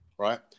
Right